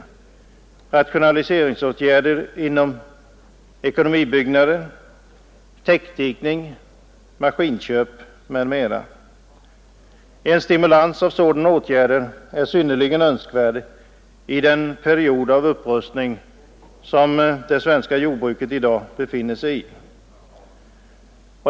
Det gäller rationaliseringsåtgärder i fråga om ekonomibyggnader, täckdikning, maskinköp m.m. En stimulans genom sådana åtgärder är synnerligen önskvärd i den period av upprustning som det svenska jordbruket i dag befinner sig i.